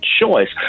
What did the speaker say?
choice